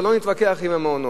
אבל לא נתווכח עם המעונות.